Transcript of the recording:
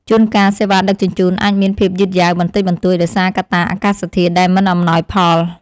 ជួនកាលសេវាដឹកជញ្ជូនអាចមានភាពយឺតយ៉ាវបន្តិចបន្តួចដោយសារកត្តាអាកាសធាតុដែលមិនអំណោយផល។